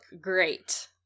great